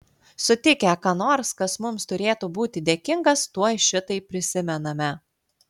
sutikę ką nors kas mums turėtų būti dėkingas tuoj šitai prisimename